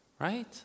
right